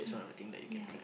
game yeah